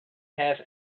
have